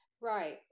right